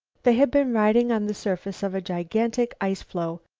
they had been riding on the surface of a gigantic ice-floe.